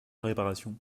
réparation